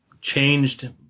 changed